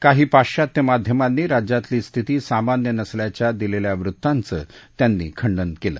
काही पाश्वात्य माध्यमांनी राज्यातली स्थिती सामान्य नसल्याच्या दिलेल्या वृत्ताचं त्यांनी खंडन केलं